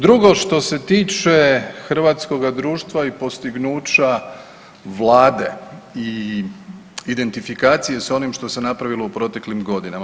Drugo, što se tiče hrvatskoga društva i postignuća Vlade i identifikacije s onim što se napravilo u proteklim godinama.